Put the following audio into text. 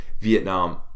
Vietnam